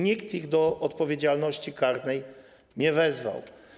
Nikt ich do odpowiedzialności karnej nie wezwał.